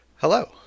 Hello